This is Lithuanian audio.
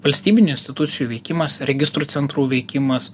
valstybinių institucijų veikimas registrų centrų veikimas